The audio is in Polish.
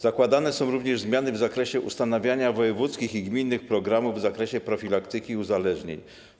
Zakładane są również zmiany w zakresie ustanawiania wojewódzkich i gminnych programów w obszarze profilaktyki uzależnień.